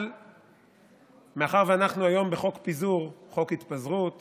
אבל מאחר שאנחנו היום בחוק פיזור, חוק התפזרות